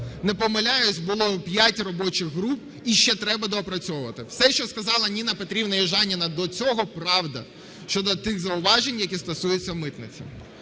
не помиляюся, було п'ять робочих груп, і ще треба доопрацьовувати. Все, що сказала Ніна Петрівна Южаніна до цього, правда, щодо тих зауважень, які стосуються митниці.